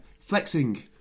flexing